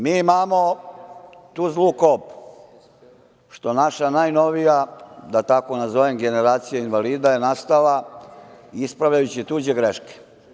Mi imamo tu zlu kob što naša najnovija tzv. generacija invalida, i nastala je ispravljajući tuđe greške.